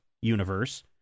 universe